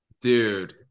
dude